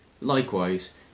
Likewise